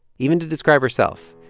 even to describe herself.